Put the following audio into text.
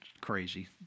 crazy